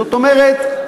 זאת אומרת,